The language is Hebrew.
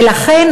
ולכן,